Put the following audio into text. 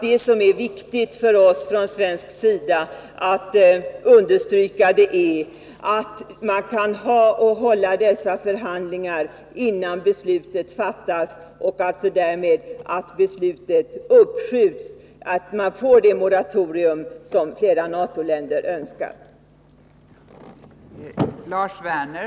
Det som är viktigt för oss på svensk sida är att förhandlingarna hålls innan beslutet fattas och att beslutet därmed kan uppskjutas och man kan få det moratorium som flera NATO-länder önskar.